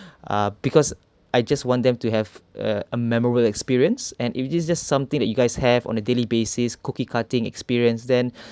uh because I just want them to have a memorable experience and if this just something that you guys have on a daily basis cookie cutting experience then